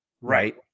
right